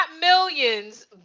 millions